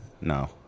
no